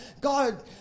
God